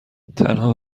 تنها